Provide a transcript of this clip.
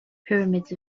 pyramids